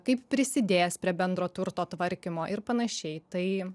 kaip prisidės prie bendro turto tvarkymo ir panašiai tai